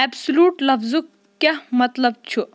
absolute لفظُک کیٛاہ مطلب چھُ